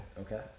Okay